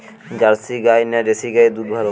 Jersey গাই না দেশী গাইয়ের দুধ ভালো?